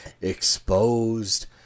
exposed